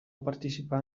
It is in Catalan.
participar